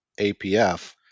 APF